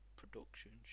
production